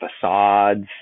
facades